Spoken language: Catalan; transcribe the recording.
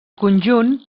conjunt